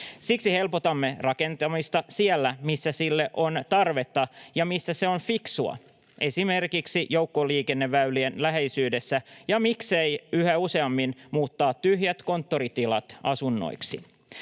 Siksi helpotamme rakentamista siellä, missä sille on tarvetta ja missä se on fiksua, esimerkiksi joukkoliikenneväylien läheisyydessä, ja miksei yhä useammin muuttaa tyhjät konttoritilat asunnoiksi.